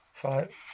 five